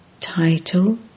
Title